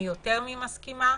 אני יותר מאשר מסכימה,